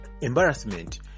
embarrassment